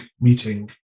meeting